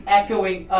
echoing